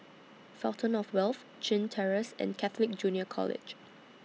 Fountain of Wealth Chin Terrace and Catholic Junior College